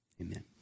Amen